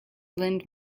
lend